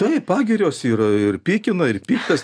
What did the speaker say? taip pagirios yra ir pykina ir piktas